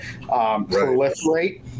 proliferate